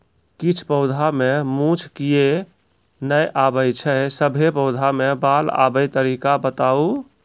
किछ पौधा मे मूँछ किये नै आबै छै, सभे पौधा मे बाल आबे तरीका बताऊ?